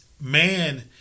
Man